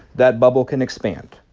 that bubble can expand.